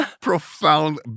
profound